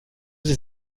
sie